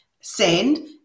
Send